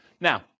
Now